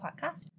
Podcast